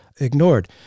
ignored